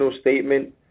statement